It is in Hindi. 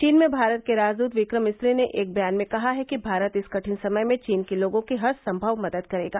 चीन में भारत के राजदत विक्रम मिप्री ने एक बयान में कहा है कि भारत इस कठिन समय में चीन के लोगों की हर संभव मदद करेगा